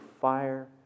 fire